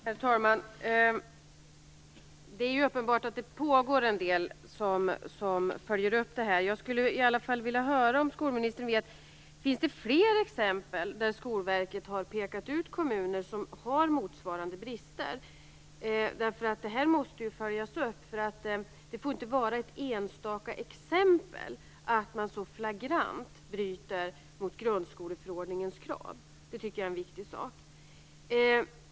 Herr talman! Det är uppenbart att det pågår en del uppföljningar på det här området. Jag skulle ändå vilja fråga skolministern: Finns det fler exempel på att Skolverket har pekat ut kommuner som har motsvarande brister? Det här måste ju följas upp. Det får inte finnas ett enda exempel på att man så flagrant bryter mot grundskoleförordningens krav. Det är viktigt.